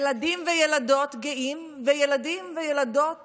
ילדים וילדות גאים וילדים וילדות